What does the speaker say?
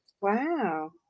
Wow